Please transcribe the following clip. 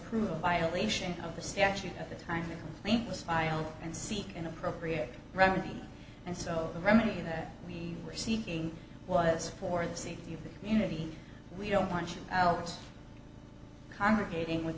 cruel violation of the statute at the time the complaint was filed and seek an appropriate remedy and so the remedy that we were seeking was for the safety of the community we don't want you out congregating with